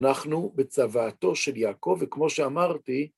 אנחנו בצוואתו של יעקב, וכמו שאמרתי,